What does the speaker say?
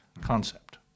concept